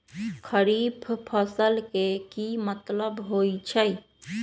खरीफ फसल के की मतलब होइ छइ?